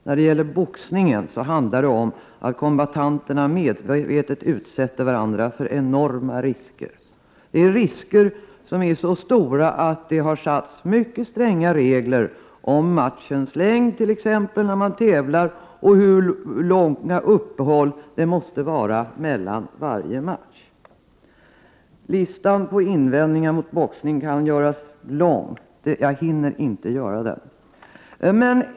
När det gäller boxningen handlar det om att kombattanterna medvetet utsätter varandra för enorma risker. Det är risker som är så stora att det har satts upp mycket stränga regler om t.ex. matchens längd när man tävlar och hur långa uppehåll det måste vara mellan varje match. Listan på invändningar mot boxning kan göras lång, men jag hinner inte göra den nu.